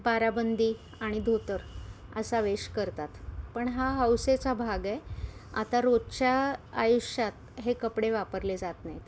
बाराबंदी आणि धोतर असा वेश करतात पण हा हौसेचा भाग आहे आता रोजच्या आयुष्यात हे कपडे वापरले जात नाहीत